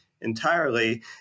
entirely